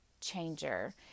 changer